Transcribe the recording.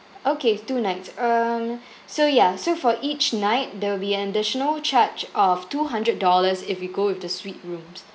okay two nights uh so ya so for each night there will be an additional charge of two hundred dollars if you go with the suite rooms